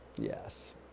Yes